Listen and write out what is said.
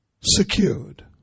secured